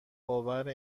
باور